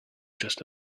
just